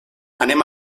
anem